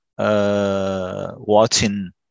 Watching